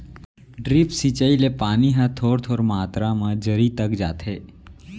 drip सिंचई ले पानी ह थोर थोर मातरा म जरी तक जाथे